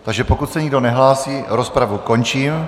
Takže pokud se nikdo nehlásí, rozpravu končím.